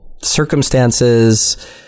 circumstances